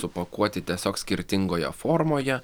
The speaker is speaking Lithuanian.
supakuoti tiesiog skirtingoje formoje